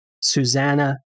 Susanna